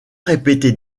répété